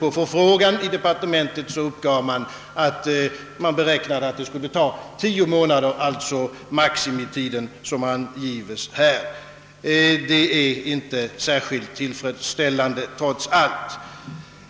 På förfrågan i departementet uppgav man att det hela där skulle ta 10 månader, alltså maximitid. Detta är, trots allt, inte särskilt tillfredsställande.